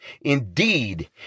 indeed